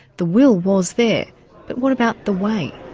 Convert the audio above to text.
the will was there, but what about the way?